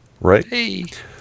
right